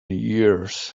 years